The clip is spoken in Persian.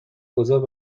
بزرگ